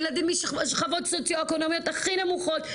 זה ילדים משכבות סוציו-אקונומיות הכי נמוכות.